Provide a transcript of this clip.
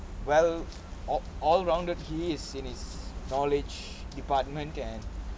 well all all rounded he is in his knowledge department and